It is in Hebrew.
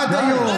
עד היום